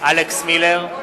אלכס מילר,